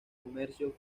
comercio